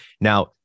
Now